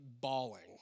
bawling